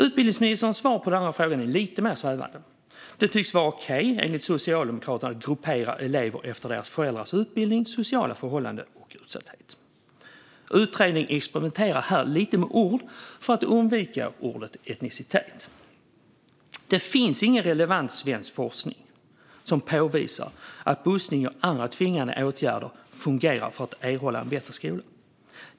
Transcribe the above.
Utbildningsministerns svar på den andra frågan är lite mer svävande. Det tycks enligt Socialdemokraterna vara okej att gruppera elever efter deras föräldrars utbildning, sociala förhållanden och utsatthet. Utredningen experimenterar här lite med ord för att undvika ordet "etnicitet". Det finns ingen relevant svensk forskning som påvisar att bussning eller andra tvingande åtgärder fungerar för att erhålla en bättre skola.